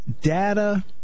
data